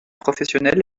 professionnels